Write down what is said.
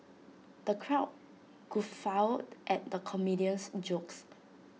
the crowd guffawed at the comedian's jokes